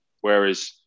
Whereas